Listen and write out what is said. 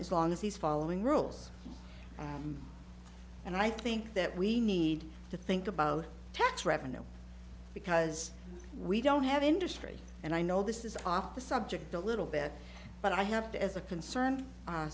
as long as he's following rules and i think that we need to think about tax revenue because we don't have industry and i know this is off the subject a little bit but i have to as a concern